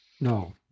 No